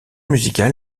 musical